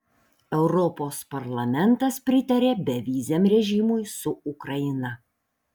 europos parlamentas pritarė beviziam režimui su ukraina